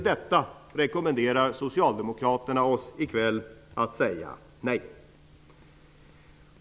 Detta rekommenderar oss socialdemokraterna i kväll att säga nej till.